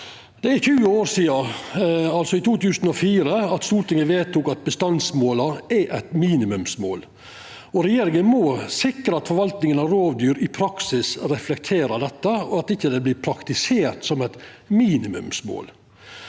Det er 20 år sidan, altså i 2004, Stortinget vedtok at bestandsmåla er eit minimumsmål. Regjeringa må sikra at forvaltninga av rovdyr i praksis reflekterer dette, og at det ikkje vert praktisert som eit maksimumsmål.